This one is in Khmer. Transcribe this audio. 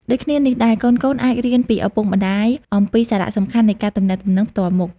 ដូចគ្នានេះដែរ កូនៗអាចរៀនពីឪពុកម្តាយអំពីសារៈសំខាន់នៃការទំនាក់ទំនងផ្ទាល់មុខ។